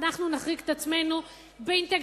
אנחנו נחריג את עצמנו באינטגרציה.